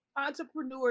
entrepreneurs